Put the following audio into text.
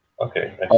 Okay